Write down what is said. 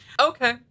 Okay